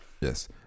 yes